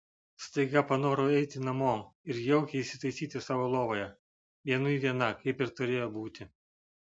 staiga panorau eiti namo ir jaukiai įsitaisyti savo lovoje vienui viena kaip ir turėjo būti